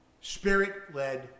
spirit-led